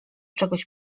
czegoś